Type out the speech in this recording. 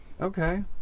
Okay